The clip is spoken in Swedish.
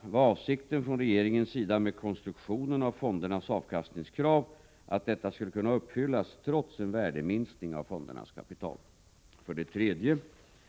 Var avsikten från regeringens sida med konstruktionen av fondernas avkastningskrav att detta skulle kunna uppfyllas trots en värdeminskning av fondernas kapital? 3.